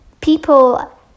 people